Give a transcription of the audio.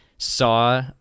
Saw